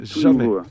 Jamais